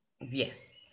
yes